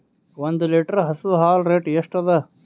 ಒಂದ್ ಲೀಟರ್ ಹಸು ಹಾಲ್ ರೇಟ್ ಎಷ್ಟ ಅದ?